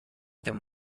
than